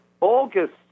August